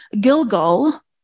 Gilgal